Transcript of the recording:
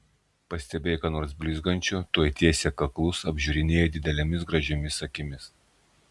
pastebėję ką nors blizgančio tuoj tiesia kaklus apžiūrinėja didelėmis gražiomis akimis